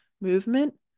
movement